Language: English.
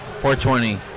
420